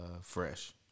Fresh